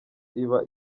iba